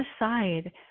aside